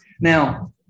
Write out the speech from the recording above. Now